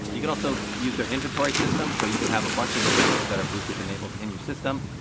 you can also use their inventory system so you can have a bunch of their tools that are bluetooth enabled in your system.